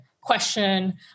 question